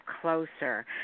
closer